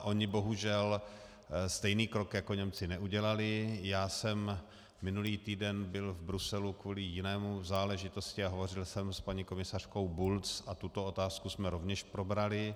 Oni bohužel stejný krok jako Němci neudělali, já jsem minulý týden byl v Bruselu kvůli jiné záležitosti a hovořil jsem s paní komisařskou Bulc a tuto otázku jsme rovněž probrali.